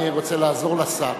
אני רוצה לעזור לשר,